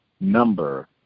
number